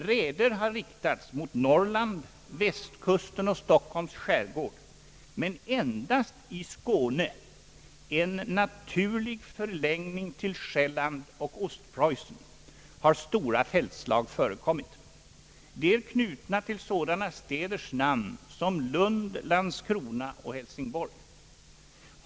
Raider har riktats mot Norrland, västkusten och Stockholms skärgård, men endast i Skåne — en naturlig förlängning till Själland eller Ostpreussen — har stora fältslag förekommit. De är knutna till sådana städers namn som Lund, Landskrona och Hälsingborg.